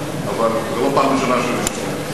אבל זאת לא הפעם הראשונה שאני שומע.